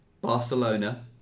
Barcelona